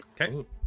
Okay